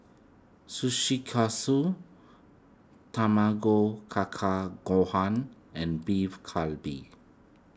Sushi Katsu Tamago Kaka Gohan and Beef Galbi